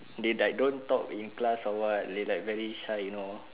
they like don't talk in class or what they like very shy you know